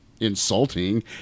insulting